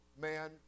man